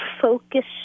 Focus